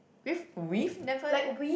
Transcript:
with we've never had